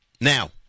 now